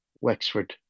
Wexford